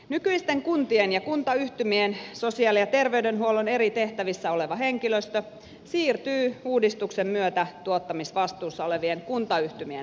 nykyisten kuntien ja kuntayhtymien sosiaali ja terveydenhuollon eri tehtävissä oleva henkilöstö siirtyy uudistuksen myötä tuottamisvastuussa olevien kuntayhtymien palvelukseen